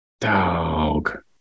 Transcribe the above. dog